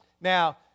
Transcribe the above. Now